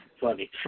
funny